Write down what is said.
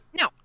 No